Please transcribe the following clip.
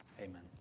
amen